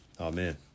Amen